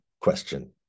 question